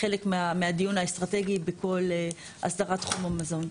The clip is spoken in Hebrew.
חלק מהדיון האסטרטגי בכל אסדרת תחום המזון.